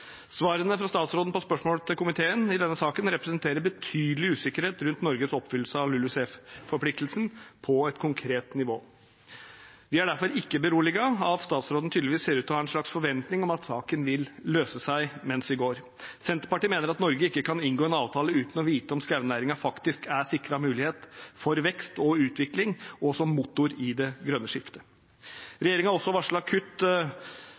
Svarene fra statsråden på spørsmål til komiteen i denne saken representerer betydelig usikkerhet rundt Norges oppfyllelse av LULUCF-forpliktelsen på et konkret nivå. Vi er derfor ikke beroliget av at statsråden tydeligvis ser ut til å ha en slags forventning om at saken vil løse seg mens vi går. Senterpartiet mener at Norge ikke kan inngå en avtale uten å vite om skognæringen faktisk er sikret mulighet for vekst og utvikling og som motor i det grønne skiftet. Regjeringen har også varslet kutt.